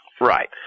Right